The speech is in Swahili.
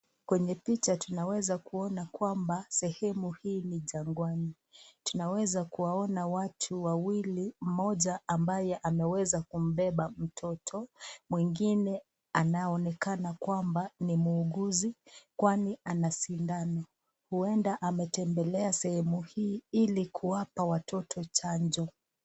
Kwenye picha tunaweza kuona kwamba sehemu hii ni changwani, tunaweza kuwaona watu wawili, mmoja ambaye ameweza kumbeba mtoto , mwingine anaonekana kwamba ni muuguzi kwani ana sindano huenda ametembelea sehemu hii ili kuwapa watoto chanjo.